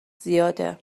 زیاده